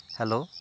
hello